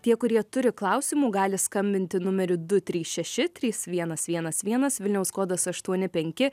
tie kurie turi klausimų gali skambinti numeriu du trys šeši trys vienas vienas vienas vilniaus kodas aštuoni penki